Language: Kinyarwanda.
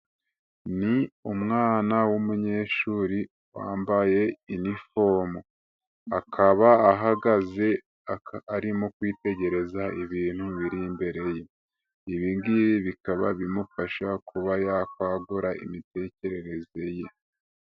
Ni umwana w'umunyeshuri wambaye inifomo, akaba ahagaze arimo kwitegereza ibintu biri imbere ye, ibi ngibi bikaba bimufasha kuba yakwagura imitekerereze ye.